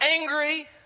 angry